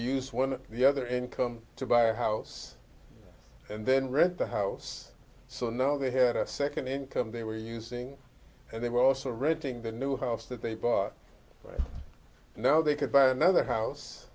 use one of the other income to buy a house and then read the house so now they had a second income they were using and they were also renting the new house that they bought right now they could buy another house